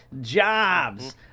jobs